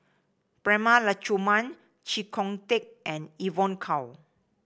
Prema Letchumanan Chee Kong Tet and Evon Kow